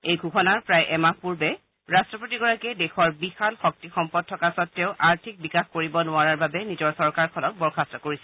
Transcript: এই ঘোষণাৰ প্ৰায় এমাহ পূৰ্বে ৰট্টপতিগৰাকীয়ে দেশৰ বিশাল শক্তিসম্পদ থকা স্বতেও আৰ্থিক বিকাশ কৰিব নোৱাৰাৰ বাবে নিজৰ চৰকাৰখনক বৰ্খাস্ত কৰিছিল